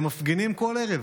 הם מפגינים בכל ערב.